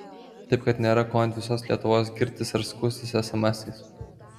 taip kad nėra ko ant visos lietuvos girtis ar skųstis esemesais